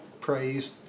praise